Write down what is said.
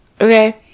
Okay